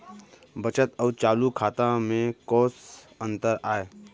बचत अऊ चालू खाता में कोस अंतर आय?